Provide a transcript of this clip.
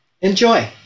Enjoy